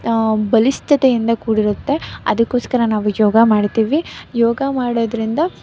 ಬಲಿಷ್ಠತೆಯಿಂದ ಕೂಡಿರುತ್ತೆ ಅದಕ್ಕೋಸ್ಕರ ನಾವು ಯೋಗ ಮಾಡ್ತೀವಿ ಯೋಗ ಮಾಡೋದರಿಂದ